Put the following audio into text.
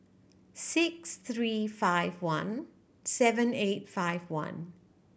six three five one seven eight five one